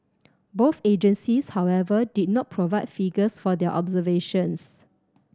both agencies however did not provide figures for their observations